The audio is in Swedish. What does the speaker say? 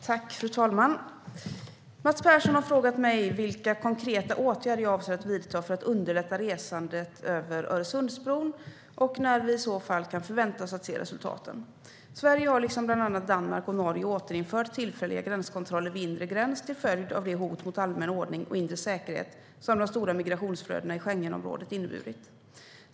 Fru talman! Mats Persson har frågat mig vilka konkreta åtgärder jag avser att vidta för att underlätta resandet över Öresundsbron och när vi i så fall kan förvänta oss att se resultaten. Sverige har liksom bland annat Danmark och Norge återinfört tillfälliga gränskontroller vid inre gräns till följd av det hot mot allmän ordning och inre säkerhet som de stora migrationsflödena i Schengenområdet har inneburit.